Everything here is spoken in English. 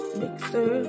mixer